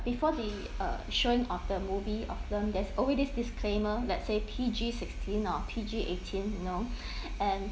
before the uh showing of the movie or film there's always this disclaimer let's say P_G sixteen or P_G eighteen you know and